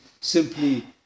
simply